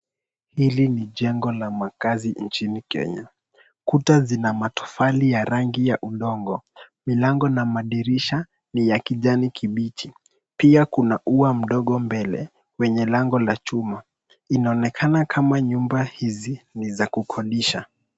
Hili ni jengo la makaazi nchini Kenya. Kuta zina matofali ya rangi ya udongo. Milango na madirisha ni ya kijani kibichi. Pia kuna ua mdogo mbele wenye lango la chuma. Inaonekana kama nyumba hizi ni za kukodisha.